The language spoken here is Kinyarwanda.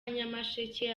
nyamasheke